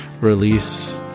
release